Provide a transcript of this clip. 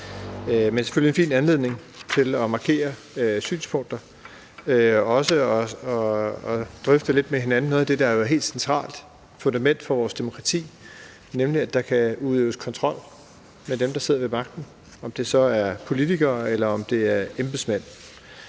er selvfølgelig en fin anledning til at markere synspunkter og også til at drøfte noget af det, der jo er et helt centralt fundament for vores demokrati, nemlig at der kan udøves kontrol med dem, der sidder ved magten – om det så er politikere eller det er embedsmænd.